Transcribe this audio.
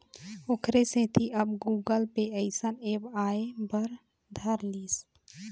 ओखरे सेती अब गुगल पे अइसन ऐप आय बर धर लिस